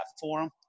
forum